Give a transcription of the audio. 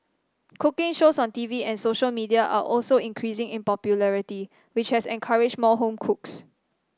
cooking shows on T V and social media are also increasing in popularity which has encouraged more home cooks